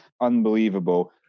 Unbelievable